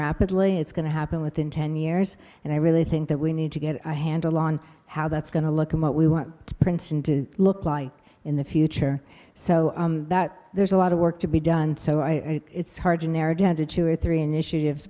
rapidly it's going to happen within ten years and i really think that we need to get a handle on how that's going to look and what we want to princeton to look like in the future so that there's a lot of work to be done so i think it's hard to narrow down to two or three initiatives